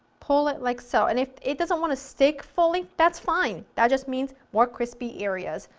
pull it like so, and if it doesn't want to stick fully, that's fine that just means more crispy areas,